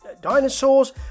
dinosaurs